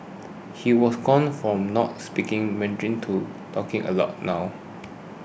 he was gone from not speaking Mandarin to talking a lot now